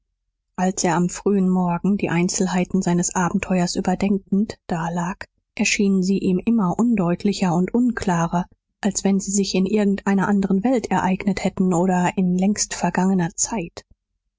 als er am frühen morgen die einzelheiten seines abenteuers überdenkend dalag erschienen sie ihm immer undeutlicher und unklarer als wenn sie sich in irgend einer anderen welt ereignet hätten oder in längst vergangener zeit